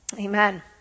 Amen